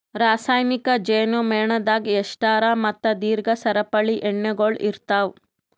ರಾಸಾಯನಿಕ್ ಜೇನು ಮೇಣದಾಗ್ ಎಸ್ಟರ್ ಮತ್ತ ದೀರ್ಘ ಸರಪಳಿ ಎಣ್ಣೆಗೊಳ್ ಇರ್ತಾವ್